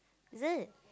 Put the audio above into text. is it